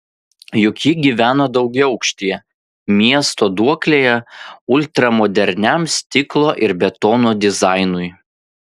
juk ji gyveno daugiaaukštyje miesto duoklėje ultramoderniam stiklo ir betono dizainui